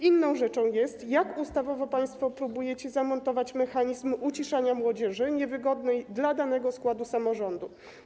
Inną rzeczą jest, jak ustawowo państwo próbujecie zamontować mechanizm uciszania młodzieży niewygodnej dla danego składu samorządu.